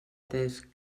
des